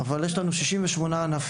אבל יש לנו כ-68 ענפים,